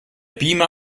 beamer